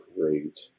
great